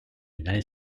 united